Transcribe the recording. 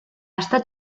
estat